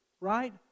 right